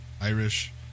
Irish